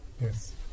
Yes